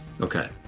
Okay